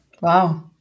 Wow